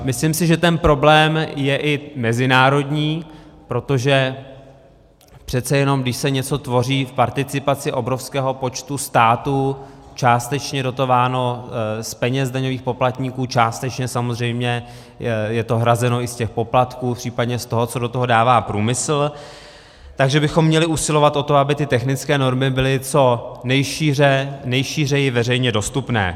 Myslím si, že ten problém je i mezinárodní, protože přece jenom když se něco tvoří v participaci obrovského počtu států částečně dotováno z peněz daňových poplatníků, částečně samozřejmě je to hrazeno i z těch poplatků, případně z toho, co do toho dává průmysl, tak bychom měli usilovat o to, aby technické normy byly co nejšířeji veřejně dostupné.